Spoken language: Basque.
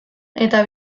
eta